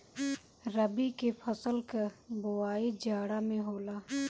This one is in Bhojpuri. रबी के फसल कअ बोआई जाड़ा में होला